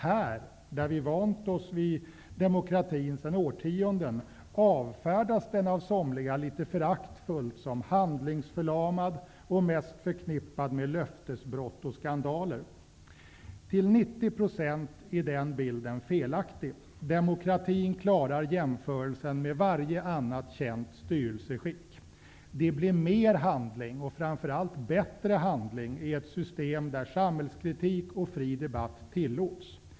Här, där vi vant oss vid demokratin sedan årtionden, avfärdas den av somliga litet föraktfullt som handlingsförlamad och mest förknippad med löftesbrott och skandaler. Den bilden är felaktig till 90 %. Demokratin klarar jämförelsen med varje annat känt styrelseskick. Det blir mer handling, och framför allt bättre handling, i ett system där samhällskritik och fri debatt tillåts.